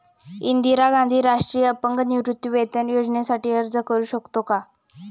इंदिरा गांधी राष्ट्रीय अपंग निवृत्तीवेतन योजनेसाठी अर्ज करू शकतो का?